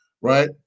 right